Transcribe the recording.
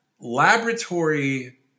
laboratory